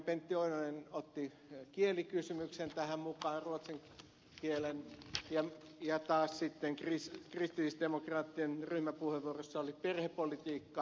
pentti oinonen otti kielikysymyksen tähän mukaan ruotsin kielen ja taas sitten kristillisdemokraattien ryhmäpuheenvuorossa oli perhepolitiikka